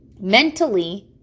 mentally